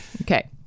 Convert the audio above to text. Okay